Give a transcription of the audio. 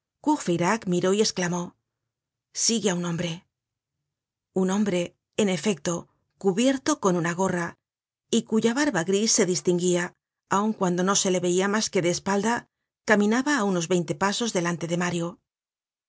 courfeyrac miró y esclamó sigue á un hombre un hombre en efecto cubierto con una gorra y cuya barba gris se distinguia aun cuando no se le veia mas que de espalda caminaba á unos veinte pasos delante de mario aquel